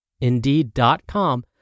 Indeed.com